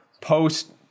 post